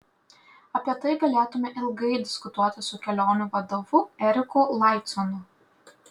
apie tai galėtume ilgai diskutuoti su kelionių vadovu eriku laiconu